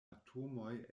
atomoj